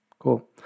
Cool